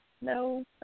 no